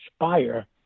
inspire